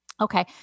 okay